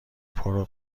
برو